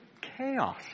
chaos